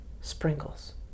sprinkles